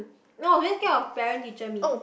no very scared of parent teacher meet